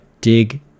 dig